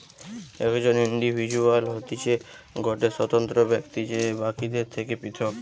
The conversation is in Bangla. একজন ইন্ডিভিজুয়াল হতিছে গটে স্বতন্ত্র ব্যক্তি যে বাকিদের থেকে পৃথক